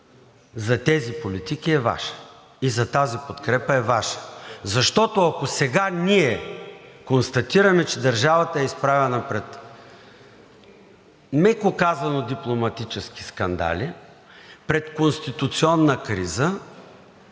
за тези политики е Ваша, и за тази подкрепа е Ваша. Защото, ако сега ние констатираме, че държавата е изправена пред, меко казано, дипломатически скандали, пред конституционна криза